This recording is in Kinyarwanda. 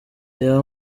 reba